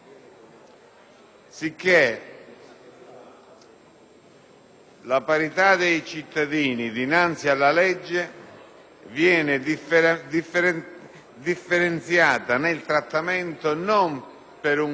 la parità dei cittadini dinanzi alla legge viene differenziata nel trattamento per un fatto afferente non alla condotta